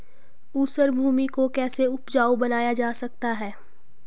ऊसर भूमि को कैसे उपजाऊ बनाया जा सकता है?